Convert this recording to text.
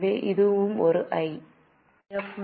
எனவே இது ஒரு I